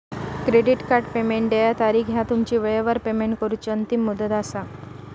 credit card payment देय तारीख ह्या तुमची वेळेवर पेमेंट करूची अंतिम मुदत असा